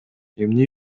эмне